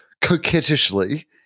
coquettishly